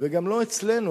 וגם לא אצלנו,